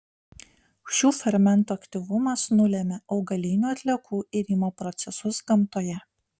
šių fermentų aktyvumas nulemia augalinių atliekų irimo procesus gamtoje